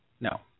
No